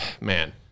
man